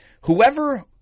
Whoever